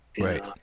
Right